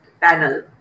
panel